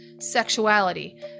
sexuality